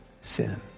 sin